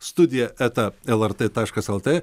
studija eta lrt taškas lt